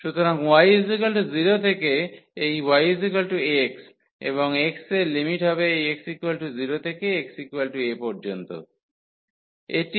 সুতরাং y 0 থেকে এই y x এবং x এর লিমিট হবে এই x0 থেকে xa পর্যন্ত হবে এটি হল x0